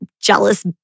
jealous